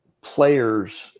players